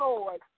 Lord